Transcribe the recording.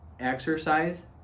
exercise